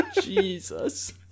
Jesus